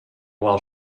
while